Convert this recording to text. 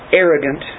arrogant